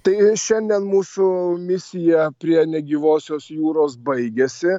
tai šiandien mūsų misija prie negyvosios jūros baigiasi